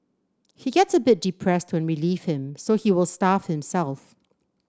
he gets a bit depressed when we leave him so he will starve himself